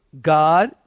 God